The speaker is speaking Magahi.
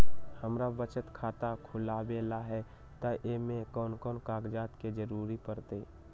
हमरा बचत खाता खुलावेला है त ए में कौन कौन कागजात के जरूरी परतई?